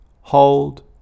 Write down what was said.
hold